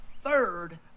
third